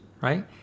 right